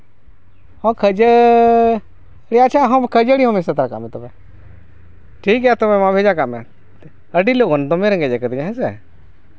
ᱦᱮᱸ ᱠᱷᱟᱹᱡᱟᱹ ᱦᱮᱸ ᱴᱷᱤᱠ ᱟᱪᱪᱷᱮ ᱠᱷᱟᱹᱡᱟᱹᱲᱤ ᱦᱚᱸ ᱢᱮᱥᱟ ᱠᱟᱜ ᱢᱮ ᱛᱚᱵᱮ ᱴᱷᱤᱠ ᱜᱮᱭᱟ ᱛᱚᱵᱮ ᱢᱟ ᱵᱷᱮᱡᱟ ᱠᱟᱜ ᱢᱮ ᱟᱹᱰᱤ ᱞᱚᱜᱚᱱ ᱫᱚᱢᱮ ᱨᱮᱸᱜᱮᱡ ᱠᱟᱹᱫᱤᱧᱟ ᱦᱮᱸ ᱥᱮ